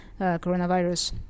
coronavirus